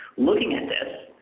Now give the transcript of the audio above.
looking at this,